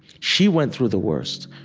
she went through the worst.